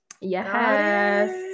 Yes